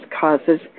causes